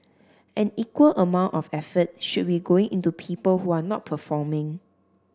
an equal amount of effort should be going into people who are not performing